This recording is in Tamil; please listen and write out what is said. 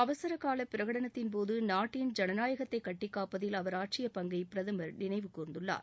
அவசர கால பிரகடனத்தின் போது நாட்டின் ஜனநாயகத்தை கட்டிக்காப்பதில் அவர் ஆற்றிய பங்கை பிரதமர் நினைவுகூர்ந்துள்ளார்